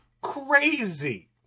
crazy